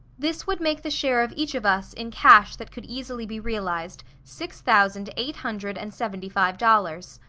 this would make the share of each of us in cash that could easily be realized, six thousand eight hundred and seventy-five dollars.